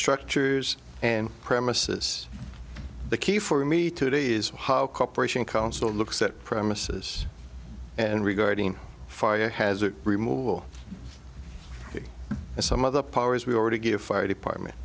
structures and premises the key for me today is how cooperation council looks at premises and regarding fire hazard removeable and some of the powers we already give fire department